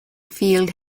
field